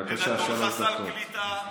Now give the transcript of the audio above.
נתנו לך סל קליטה.